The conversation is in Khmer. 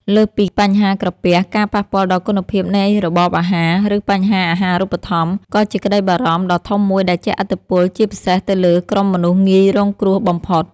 លើសពីបញ្ហាក្រពះ ការប៉ះពាល់ដល់គុណភាពនៃរបបអាហារ ឬបញ្ហាអាហារូបត្ថម្ភ ក៏ជាក្តីបារម្ភដ៏ធំមួយដែលជះឥទ្ធិពលជាពិសេសទៅលើក្រុមមនុស្សងាយរងគ្រោះបំផុត។